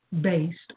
based